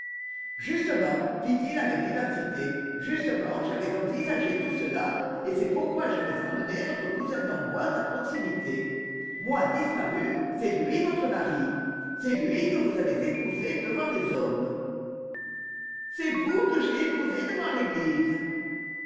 justement fit-il avec vivacité justement j'avais envisagé tout cela et c'est pourquoi j'avais emmené votre cousin d'emboise à proximité moi disparu c'est lui votre mari c'est lui que vous avez épousé devant les hommes c'est vous que j'ai épousé devant l'église